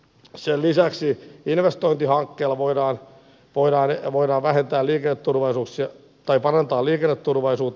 sen lisäksi investointihankkeilla voidaan parantaa liikenneturvallisuutta